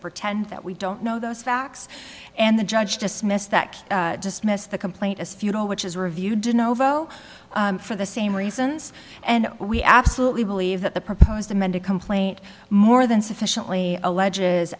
pretend that we don't know those facts and the judge dismissed that dismissed the complaint as futile which is review did novo for the same reasons and we absolutely believe that the proposed amended complaint more than sufficiently alleges